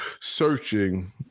searching